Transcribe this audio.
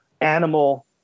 animal